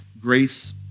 Grace